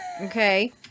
Okay